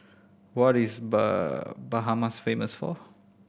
what is Bahamas famous for